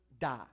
die